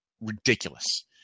ridiculous